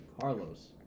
Carlos